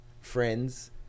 friends